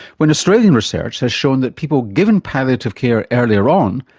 when australian research has shown that people given palliative care earlier on,